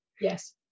Yes